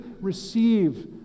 receive